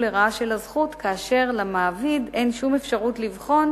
לרעה של הזכות כאשר למעביד אין שום אפשרות לבחון